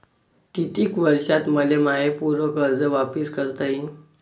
कितीक वर्षात मले माय पूर कर्ज वापिस करता येईन?